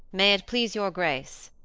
may it please your grace,